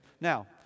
Now